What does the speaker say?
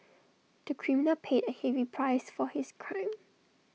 the criminal paid A heavy price for his crime